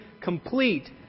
complete